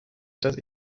dass